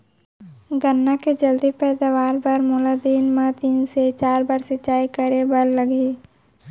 गन्ना के जलदी पैदावार बर, मोला दिन मा कतका बार सिंचाई करे बर लागही?